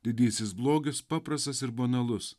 didysis blogis paprastas ir banalus